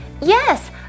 Yes